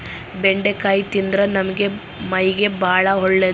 ಬೆಂಡಿಕಾಯಿ ತಿಂದ್ರ ನಮ್ಮ ಮೈಗೆ ಬಾಳ ಒಳ್ಳೆದು